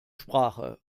sprache